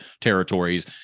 territories